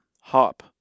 hop